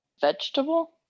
vegetable